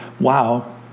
Wow